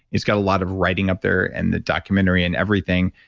it's got a lot of writing up there and the documentary and everything.